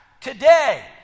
Today